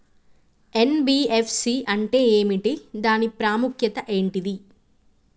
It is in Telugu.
ఎన్.బి.ఎఫ్.సి అంటే ఏమిటి దాని ప్రాముఖ్యత ఏంటిది?